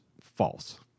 false